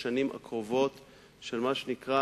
בשנים הקרובות של מה שנקרא